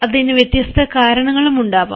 അതിന് വ്യത്യസ്ത കാരണങ്ങളുണ്ടാവാം